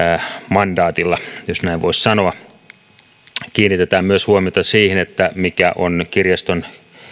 mandaatilla jos näin voisi sanoa huomiota kiinnitetään myös siihen mikä on kirjaston